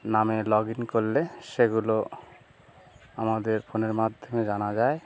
নামে লগইন করলে সেগুলো আমাদের ফোনের মাধ্যমে জানা যায়